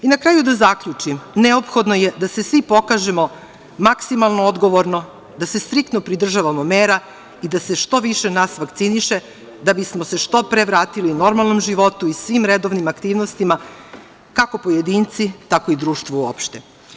Na kraju da zaključim da je neophodno da se svi pokažemo maksimalno odgovorno, da se striktno pridržavamo mera i da se što više nas vakciniše, da bismo se što pre vratili normalnom životu i svim redovnim aktivnostima, kako pojedinci, tako i društvo uopšte.